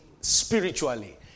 spiritually